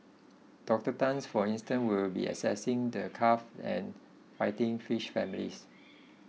Doctor Tan for instance will be assessing the carp and fighting fish families